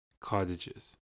cottages